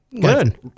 Good